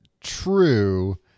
true